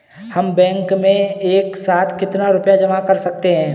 हम बैंक में एक साथ कितना रुपया जमा कर सकते हैं?